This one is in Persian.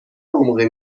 عمقی